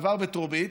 עברה בטרומית,